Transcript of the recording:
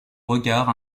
regards